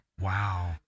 Wow